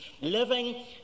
living